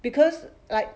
because like